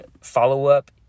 follow-up